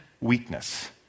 weakness